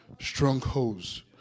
Strongholds